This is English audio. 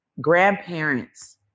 grandparents